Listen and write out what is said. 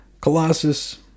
Colossus